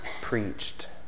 preached